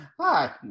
Hi